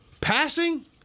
Passing